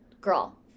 girl